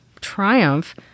triumph